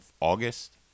august